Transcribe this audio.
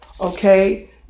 Okay